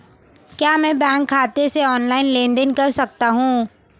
क्या मैं बैंक खाते से ऑनलाइन लेनदेन कर सकता हूं?